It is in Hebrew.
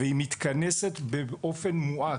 היא מתכנסת באופן מועט.